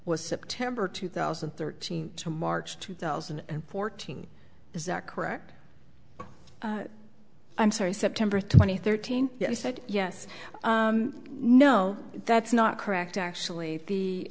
was september two thousand and thirteen to march two thousand and fourteen is that correct i'm sorry september twenty third teen you said yes no that's not correct actually the